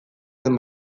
zen